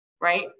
right